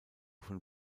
von